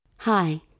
Hi